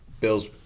Bills